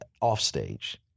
offstage